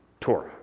Torah